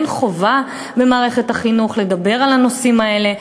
אין חובה במערכת החינוך לדבר על הנושאים האלה,